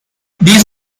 these